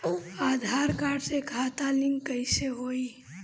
आधार card से खाता link कईसे होई?